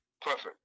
Perfect